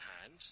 hand